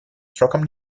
сроком